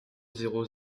zéro